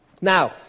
Now